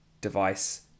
device